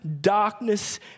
darkness